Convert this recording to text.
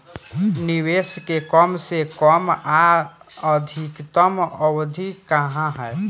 निवेश के कम से कम आ अधिकतम अवधि का है?